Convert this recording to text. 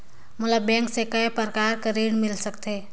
मोला बैंक से काय प्रकार कर ऋण मिल सकथे?